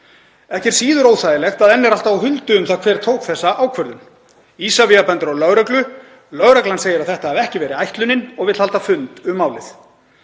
Ekki er síður óþægilegt að enn er allt á huldu um það hver tók þessa ákvörðun. Isavia bendir á lögreglu, lögreglan segir að þetta hafi ekki verið ætlunin og vill halda fund um málið.